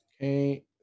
Okay